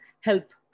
help